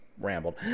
rambled